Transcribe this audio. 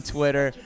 Twitter